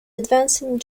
advancing